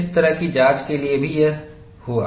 इस तरह की जांच के लिए भी यही हुआ